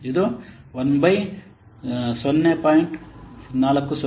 ಇದು 1 ಬೈ 0